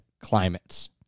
climates